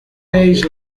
days